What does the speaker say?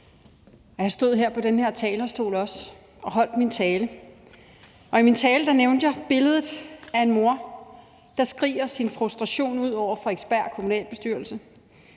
jeg stod også her på den her talerstol og holdt min tale, og i min tale nævnte jeg billedet af en mor, der skriger sin frustration ud over Frederiksberg kommunalbestyrelse.